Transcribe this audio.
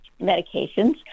medications